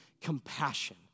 compassion